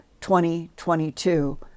2022